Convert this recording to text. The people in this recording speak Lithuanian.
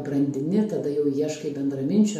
brandini tada jau ieškai bendraminčių